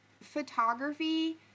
photography